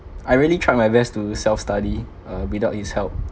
I really tried my best to self study uh without his help